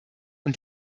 und